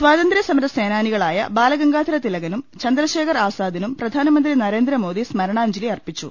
സ്വാതന്ത്യ്സമര സേനാനികളായ ബാലഗംഗാധരതിലകനും ചന്ദ്ര ശേഖർ ആസാദിനും പ്രധാനമന്ത്രി നരേന്ദ്രമോദി സ്മരണാഞ്ജലി അർപിച്ചു